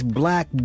black